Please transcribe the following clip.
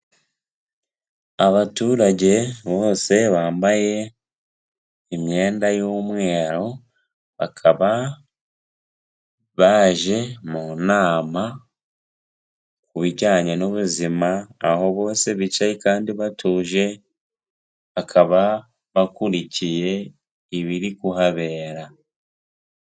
Abaturage bose bambaye imyenda y'umweru, bakaba baje mu nama ku bijyanye n'ubuzima, aho bose bicaye kandi batuje, bakaba bakurikiye ibiri kuhabera.